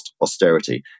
austerity